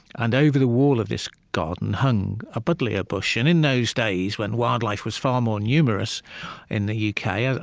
and over the wall of this garden hung a buddleia bush. and in those days, when wildlife was far more numerous in the u k, ah